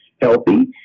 healthy